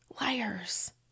Liars